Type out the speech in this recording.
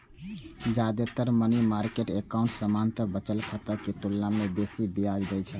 जादेतर money market account सामान्य बचत खाता के तुलना मे बेसी ब्याज दै छै